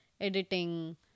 editing